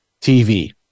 TV